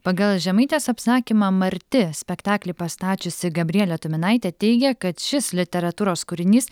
pagal žemaitės apsakymą marti spektaklį pastačiusi gabrielė tuminaitė teigia kad šis literatūros kūrinys